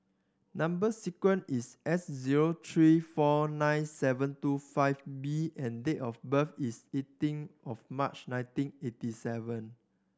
number sequence is S zero three four nine seven two five B and date of birth is eighteen of March nineteen eighty seven